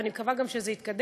ואני מקווה גם שזה יתקדם.